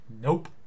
nope